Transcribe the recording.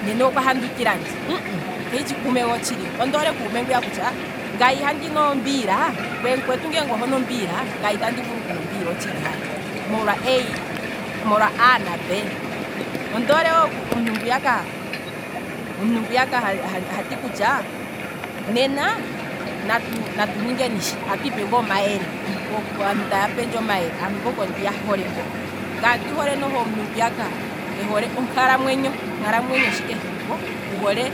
Nena okwa handu kilandje, aye keshi kuume gotshili ngo, ondoole kuume ngwiya kutya ngaye ihenu ombiila, ngweye mukwetu ngele otonu ombiila, ngaye otshili aye molwa a na b, ondi hole omuntu ngwiya ha- hati kutya nena natu ningeni shi, hatu ipe ngaa omayele, aantu taya pendje omayele, aantu mboka ondiya hole mbo, ngaye noho ondi hole omuntu ngwiya ehole onkalamwenyo, onkalamwenyo shi ike hilipo, wu hole